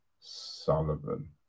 sullivan